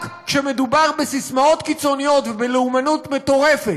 רק כשמדובר בססמאות קיצוניות ובלאומנות מטורפת,